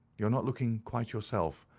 you're not looking quite yourself.